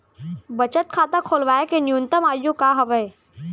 बचत खाता खोलवाय के न्यूनतम आयु का हवे?